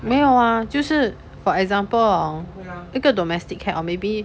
没有啊就是 for example orh 那个 domestic cat orh maybe